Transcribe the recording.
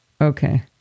Okay